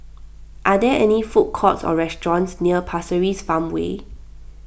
are there food courts or restaurants near Pasir Ris Farmway